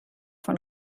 von